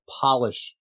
polish